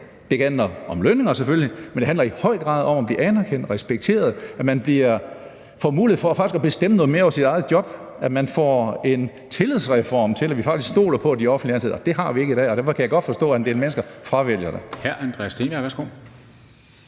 det handler i høj grad om at blive anerkendt og respekteret, og at man får mulighed for faktisk at bestemme noget mere over sit eget job, at man får en tillidsreform, så vi faktisk stoler på de offentligt ansatte. Det har vi ikke i dag, og derfor kan jeg godt forstå, at en del mennesker fravælger det.